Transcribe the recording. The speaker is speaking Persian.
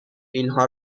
اینها